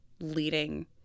leading